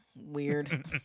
Weird